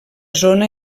zona